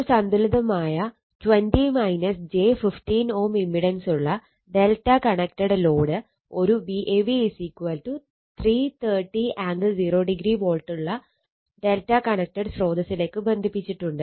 ഒരു സന്തുലിതമായ 20 j 15 Ω ഇമ്പിടൻസുള്ള ∆ കണക്റ്റഡ് ലോഡ് ഒരു Vab 330 ആംഗിൾ 0o വോൾട്ട് ഉള്ള ∆ കണക്റ്റഡ് സ്രോതസ്സിലേക്ക് ബന്ധിപ്പിച്ചിട്ടുണ്ട്